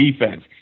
defense